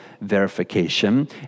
verification